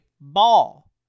ball